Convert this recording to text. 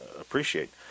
appreciate